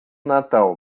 natal